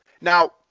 Now